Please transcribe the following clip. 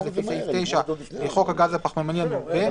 לפי סעיף 9 לחוק הגז הפחמימני המעובה,